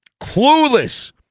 clueless